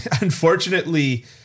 unfortunately